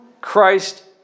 Christ